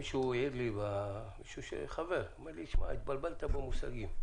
חבר העיר לי ואמר לי שהתבלבלתי במושגים.